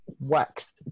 works